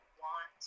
want